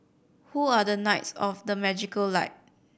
who are the knights of the magical light